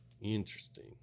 Interesting